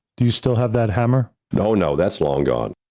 do you still have that hammer? no, no, that's long gone.